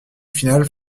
finale